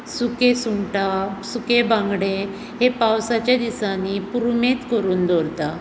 सुकी सुंगटां सुके बांगडे हे पावसाच्या दिसांनी पुरुमेत करून दवरता